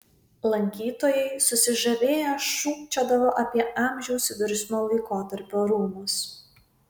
lankytojai susižavėję šūkčiodavo apie amžiaus virsmo laikotarpio rūmus